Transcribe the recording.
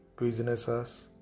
businesses